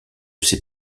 ses